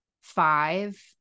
five